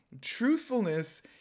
truthfulness